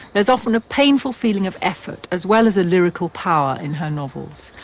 there's often a painful feeling of effort as well as a lyrical power in her novels.